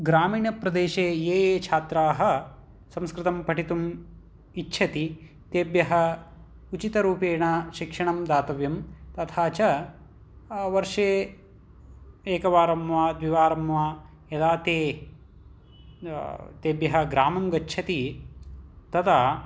ग्रामीणप्रदेशे ये ये छात्राः संस्कृतं पठितुम् इच्छन्ति तेभ्यः उचितरूपेण शिक्षणं दातव्यं तथा च वर्षे एकवारं वा द्विवारं वा यदा ते तेभ्यः ग्रामं गच्छति तदा